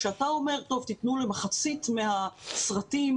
כשאתה אומר תנו למחצית מהסרטים,